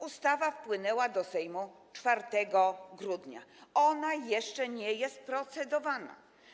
Ustawa wpłynęła do Sejmu 4 grudnia, jeszcze nie jest procedowana.